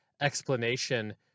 explanation